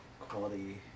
quality